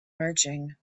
marching